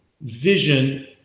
vision